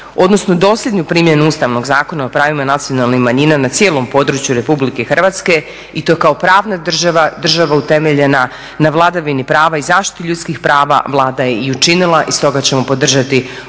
odnosno dosljednu primjenu Ustavnog zakona o pravima nacionalnih manjina na cijelom području RH i to kao pravna država, država utemeljena na vladavini prava i zaštiti ljudskih prava Vlada je i učinila i stoga ćemo podržati ovo izvješće.